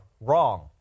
wrong